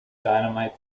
dynamite